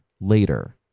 later